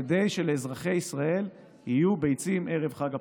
כדי שלאזרחי ישראל יהיו ביצים בערב חג הפסח.